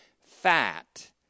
fat